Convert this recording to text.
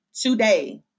today